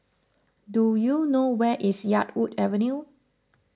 do you know where is Yarwood Avenue